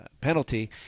penalty